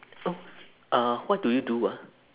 oh uh what do you do ah